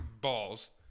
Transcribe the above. balls